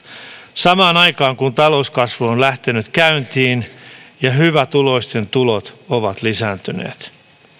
samaan aikaan kun talouskasvu on lähtenyt käyntiin ja hyvätuloisten tulot ovat lisääntyneet